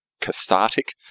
cathartic